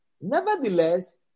Nevertheless